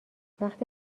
وقتی